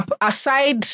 aside